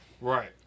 Right